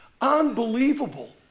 unbelievable